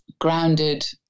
grounded